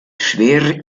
schwerer